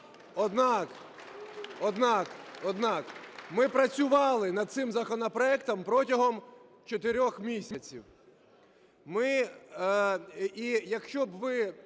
Однак ми працювали над цим законопроектом протягом 4 місяців,